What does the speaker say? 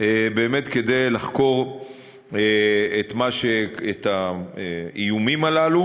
באמת כדי לחקור את האיומים הללו,